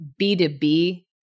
B2B